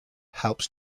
helps